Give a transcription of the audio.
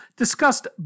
discussed